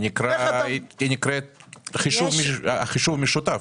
זה נקרא חישוב משותף.